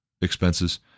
expenses